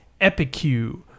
epicue